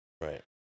Right